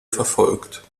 verfolgt